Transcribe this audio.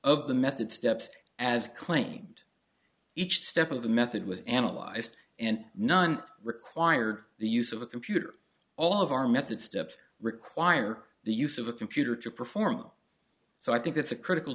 of the method steps as claimed each step of the method was analyzed and none required the use of a computer all of our method steps require the use of a computer to perform so i think it's a critical